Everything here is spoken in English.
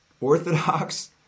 Orthodox